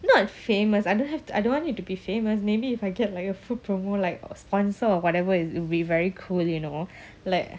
not famous I don't have to I don't want it to be famous maybe if I get like a food promo like or sponsor or whatever it it will be very cool you know like